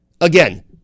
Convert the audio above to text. Again